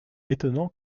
étonnant